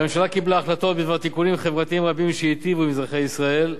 הממשלה קיבלה החלטות בדבר תיקונים חברתיים רבים שייטיבו עם אזרחי ישראל.